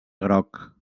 groc